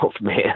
man